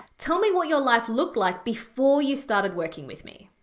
tell me what your life looked like before you started working with me.